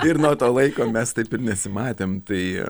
ir nuo to laiko mes taip ir nesimatėm tai